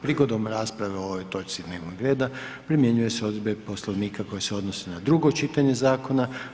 Prigodom rasprave o ovoj točci dnevnog reda primjenjuju se odredbe Poslovnika koje se odnose na drugo čitanje zakona.